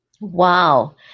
Wow